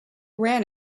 ran